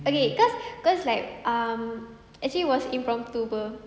okay cause cause like um actually it was impromptu [pe]